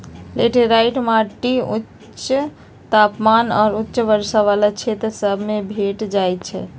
laterite माटि उच्च तापमान आऽ उच्च वर्षा वला क्षेत्र सभ में भेंट जाइ छै